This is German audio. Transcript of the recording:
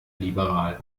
liberal